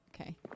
Okay